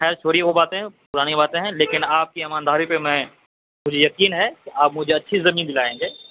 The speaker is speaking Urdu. خیر چھوڑیے وہ باتیں پرانی باتیں ہیں لیکن آپ کی ایمانداری پہ میں مجھے یقین ہے کہ آپ مجھے اچھی زمین دلائیں گے